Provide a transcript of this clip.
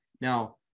Now